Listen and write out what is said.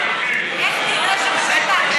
איך נפקח על זה בכלל?